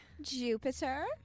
jupiter